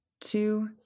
two